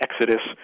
exodus